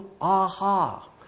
aha